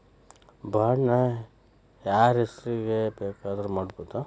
Bond ನ ಯಾರ್ಹೆಸ್ರಿಗ್ ಬೆಕಾದ್ರುಮಾಡ್ಬೊದು?